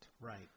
Right